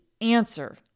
answer